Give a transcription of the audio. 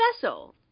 vessel